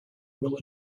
will